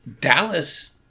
Dallas